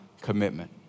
commitment